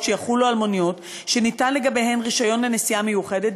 שיחולו על מוניות שניתן לגביהן רישיון לנסיעה מיוחדת,